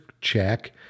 check